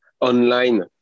online